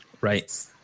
Right